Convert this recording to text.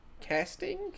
casting